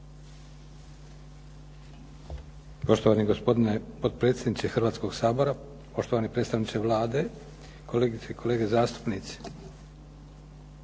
Poštovani gospodine potpredsjedniče Hrvatskoga sabora, poštovani predstavniče Vlade, kolegice i kolege zastupnici.